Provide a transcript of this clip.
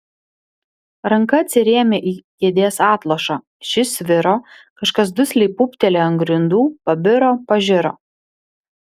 ranka atsirėmė į kėdės atlošą šis sviro kažkas dusliai pūptelėjo ant grindų pabiro pažiro